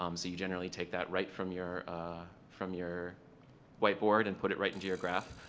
um so you generally take that right from your from your white board and put it right into your graph.